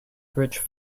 bridge